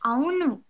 Aunu